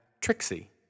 Trixie